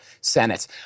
Senate